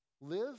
Live